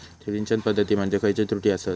सिंचन पद्धती मध्ये खयचे त्रुटी आसत?